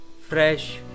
fresh